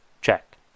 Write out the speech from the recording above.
Check